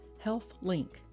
HealthLink